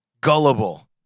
Gullible